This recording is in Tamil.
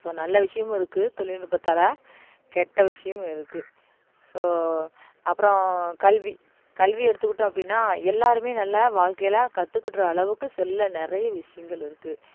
ஸோ நல்ல விஷயமும் இருக்குது தொழில்நுட்பத்தால் கெட்ட விஷயமும் இருக்குது ஸோ அப்புறம் கல்வி கல்வியை எடுத்துக்கிட்டோம் அப்படின்னா எல்லாருமே நல்லா வாழ்கையில கத்துக்கிற அளவுக்கு செல்லில் நிறைய விஷயங்கள் இருக்குது